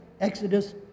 Exodus